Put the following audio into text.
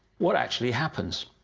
what actually happens?